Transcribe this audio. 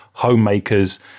homemakers